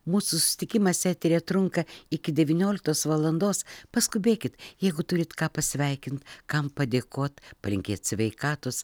mūsų susitikimas eteryje trunka iki devynioliktos valandos paskubėkit jeigu turit ką pasveikint kam padėkot palinkėt sveikatos